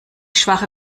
schwache